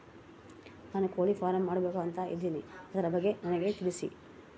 ನಾನು ಕೋಳಿ ಫಾರಂ ಮಾಡಬೇಕು ಅಂತ ಇದಿನಿ ಅದರ ಬಗ್ಗೆ ನನಗೆ ತಿಳಿಸಿ?